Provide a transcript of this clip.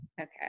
Okay